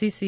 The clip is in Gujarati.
C C